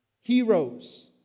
heroes